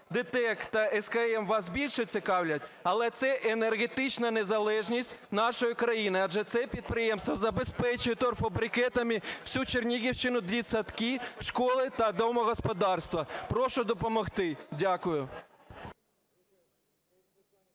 ДТЕК та СКМ вас більше цікавлять, але це енергетична незалежність нашої країни, адже це підприємство забезпечує торфобрикетами всю Чернігівщину: дитсадки, школи та домогосподарства. Прошу допомогти. Дякую.